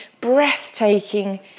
breathtaking